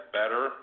better